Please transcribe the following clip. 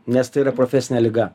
nes tai yra profesinė liga